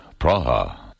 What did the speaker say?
Praha